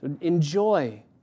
Enjoy